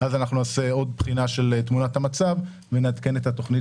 נעשה עוד בחינה של תמונת המצב ונעדכן את התוכנית